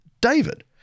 David